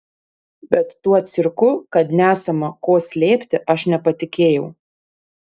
bet tuo cirku kad nesama ko slėpti aš nepatikėjau